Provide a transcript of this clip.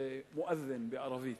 זה "מואזן" בערבית.